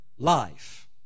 Life